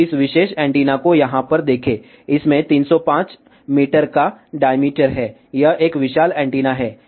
तो इस विशेष एंटीना को यहाँ पर देखें इसमें 305 मीटर का डायमीटर है यह एक विशाल एंटीना है